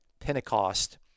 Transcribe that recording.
Pentecost